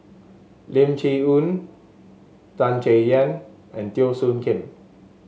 Lim Chee Onn Tan Chay Yan and Teo Soon Kim